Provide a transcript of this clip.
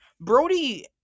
Brody